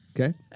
okay